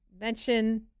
mention